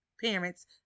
parents